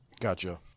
Gotcha